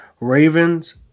Ravens